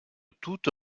toute